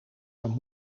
dan